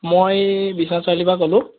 মই বিশ্বনাথ চাৰিআলিৰপৰা ক'লোঁ